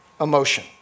emotion